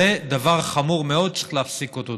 זה דבר חמור מאוד, שצריך להפסיק אותו.